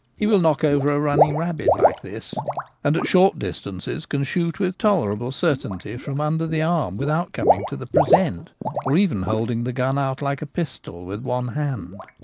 he will knock over a running rabbit like this and at short distances can shoot with tolerable certainty from under the arm without coming to the present or even holding the gun out like a pistol with one hand.